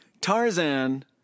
Tarzan